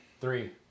three